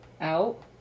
out